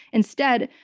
instead,